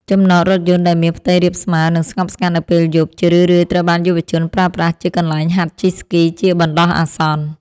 ចំណតរថយន្តដែលមានផ្ទៃរាបស្មើ និងស្ងប់ស្ងាត់នៅពេលយប់ ជារឿយៗត្រូវបានយុវជនប្រើប្រាស់ជាកន្លែងហាត់ជិះស្គីជាបណ្ដោះអាសន្ន។